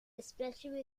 especially